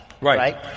right